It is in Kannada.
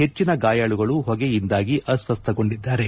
ಹೆಚ್ಚನ ಗಾಯಾಳುಗಳು ಹೊಗೆಯಿಂದಾಗಿ ಅಸ್ಪಸ್ಟಗೊಂಡಿದ್ದಾರೆ